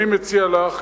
אני מציע לך,